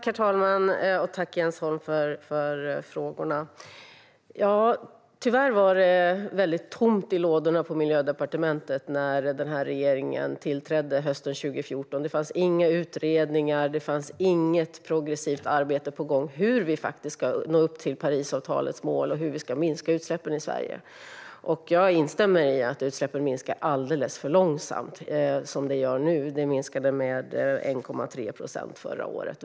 Herr talman! Tack för frågorna, Jens Holm! Tyvärr var det tomt i lådorna på Miljödepartementet när regeringen tillträdde hösten 2014. Det fanns inga utredningar och inget progressivt arbete på gång för hur vi ska nå Parisavtalets mål och minska utsläppen i Sverige. Jag instämmer i att utsläppen minskar alldeles för långsamt som det är nu. De minskade med 1,3 procent förra året.